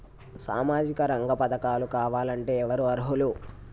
సామాజిక రంగ పథకాలు కావాలంటే ఎవరు అర్హులు?